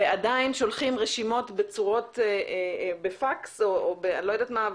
ועדיין שולחים רשימות בפקס או אני לא יודעת מה,